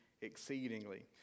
exceedingly